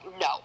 No